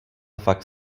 fakt